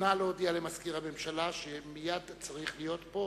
נא להודיע למזכיר הממשלה שמייד צריך להיות פה